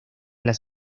las